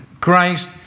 Christ